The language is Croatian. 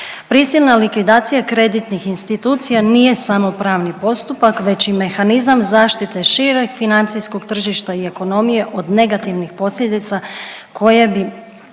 Prisilna likvidacija kreditnih institucija nije samo pravni postupak već i mehanizam zaštite šireg financijskog tržišta i ekonomije od negativnih posljedica koje bi